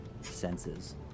senses